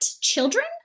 Children